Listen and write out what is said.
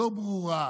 לא ברורה,